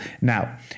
now